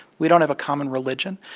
we don't have a common religion.